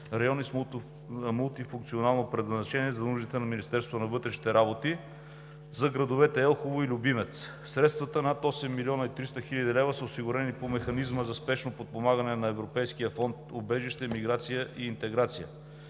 райони с мултифункционално предназначение за нуждите на Министерството на вътрешните работи“ за градовете Елхово и Любимец. Средствата над 8 млн. 300 хил. лв. са осигурени по Механизма за спешно подпомагане на европейския фонд „Убежище, миграция и интеграция“.